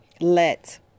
let